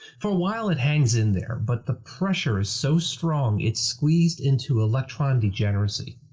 for a while it hangs in there, but the pressure is so strong it's squeezed into electron degeneracy.